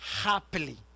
happily